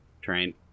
train